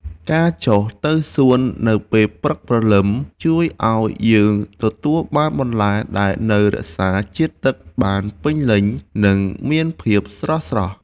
ការចុះទៅសួននៅពេលព្រឹកព្រលឹមជួយឱ្យយើងទទួលបានបន្លែដែលនៅរក្សាជាតិទឹកបានពេញលេញ និងមានភាពស្រស់ៗ។